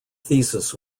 thesis